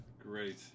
Great